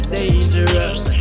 dangerous